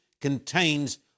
contains